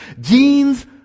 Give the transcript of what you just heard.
Genes